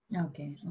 Okay